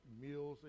meals